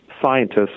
scientists